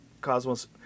Cosmos